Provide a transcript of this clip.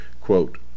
Quote